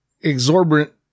exorbitant